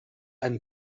ein